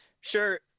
sure